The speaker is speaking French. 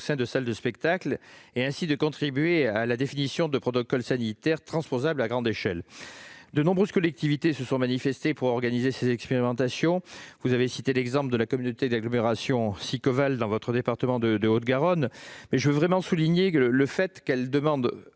au sein des salles de spectacles et ainsi à contribuer à la définition de protocoles sanitaires transposables à grande échelle. De nombreuses collectivités se sont manifestées pour organiser ces expérimentations. Vous avez cité l'exemple de la communauté d'agglomération du sud-est toulousain, Sicoval, dans votre département de la Haute-Garonne. Je le souligne, elles demandent